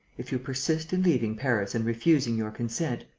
if you persist in leaving paris and refusing your consent,